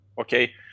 Okay